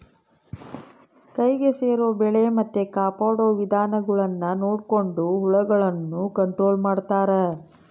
ಕೈಗೆ ಸೇರೊ ಬೆಳೆ ಮತ್ತೆ ಕಾಪಾಡೊ ವಿಧಾನಗುಳ್ನ ನೊಡಕೊಂಡು ಹುಳಗುಳ್ನ ಕಂಟ್ರೊಲು ಮಾಡ್ತಾರಾ